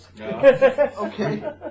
Okay